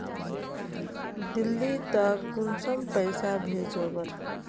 दिल्ली त कुंसम पैसा भेज ओवर?